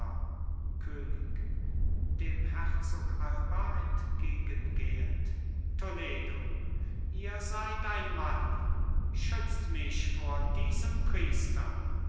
könig dem herzog alba entgegengehend toledo ihr seid ein mann schützt mich vor diesem priester